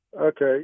Okay